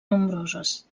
nombroses